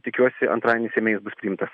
tikiuosi antradienį seime jis bus priimtas